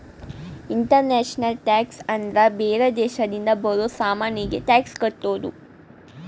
international tax ಅಂದ್ರ ಬೇರೆ ದೇಶದಿಂದ ಬರೋ ಸಾಮಾನಿಗೆ ಟ್ಯಾಕ್ಸ್ ಕಟ್ಟೋದು